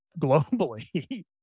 globally